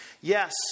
yes